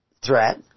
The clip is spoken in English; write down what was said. threat